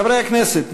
חברי הכנסת,